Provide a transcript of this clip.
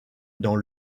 dans